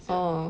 orh